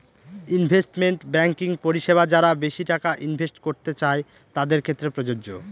investment banking পরিষেবা যারা বেশি টাকা ইনভেস্ট করতে চাই তাদের ক্ষেত্রে প্রযোজ্য